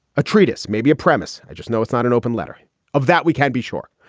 a treatise, maybe a premise. i just know it's not an open letter of that, we can't be sure.